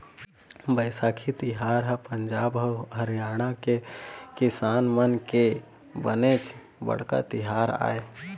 बइसाखी तिहार ह पंजाब अउ हरियाणा के किसान मन के बनेच बड़का तिहार आय